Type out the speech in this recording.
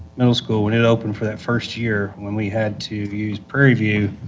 middle school when it opened for that first year, when we had to use prairie view,